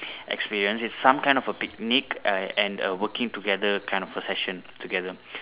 experience it's some kind of a picnic uh and a working together kind of a session together